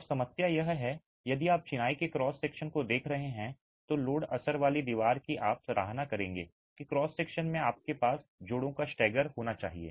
अब समस्या यह है कि यदि आप चिनाई के क्रॉस सेक्शन को देख रहे हैं तो लोड असर वाली दीवार की आप सराहना करेंगे कि क्रॉस सेक्शन में आपके पास जोड़ों का स्टैगर होना चाहिए